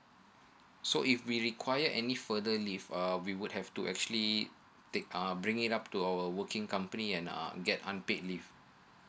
so if we require any further leave uh we would have to actually take uh bring it up to our working company and uh get unpaid leave